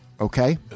okay